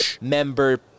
member